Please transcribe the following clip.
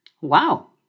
Wow